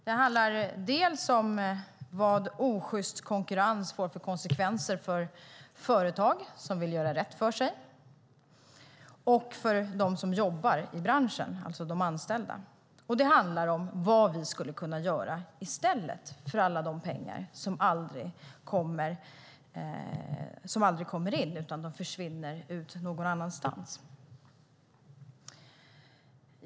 Den handlar dels om vad osjyst konkurrens får för konsekvenser för företag som vill göra rätt för sig och för dem som jobbar i branschen, alltså de anställda, dels handlar den om vad vi skulle kunna göra för alla de pengar som aldrig kommer in utan försvinner ut någon annanstans.